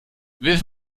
wirf